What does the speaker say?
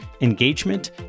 engagement